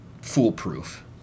foolproof